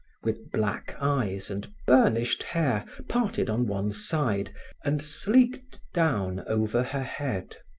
with black eyes and burnished hair parted on one side and sleeked down over her head.